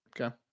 Okay